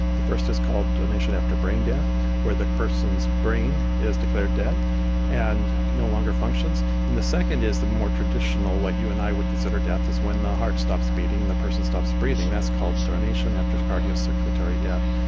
the first is called donation after brain death where that person's brain is declared dead and no longer functions, and the second is the more traditional what you and i would consider death, is when the heart stops beating and the person stops breathing. that's called donation after cardiocirculatory death.